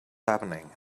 happening